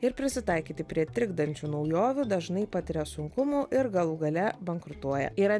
ir prisitaikyti prie trikdančių naujovių dažnai patiria sunkumų ir galų gale bankrutuoja yra